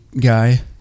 guy